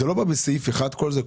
זה לא בא בסעיף 1 כל זה?